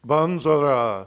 Banzara